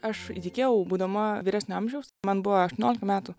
aš įtikėjau būdama vyresnio amžiaus man buvo aštuoniolika metų